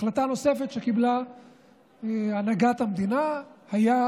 החלטה נוספת שקיבלה הנהגת המדינה הייתה